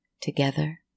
together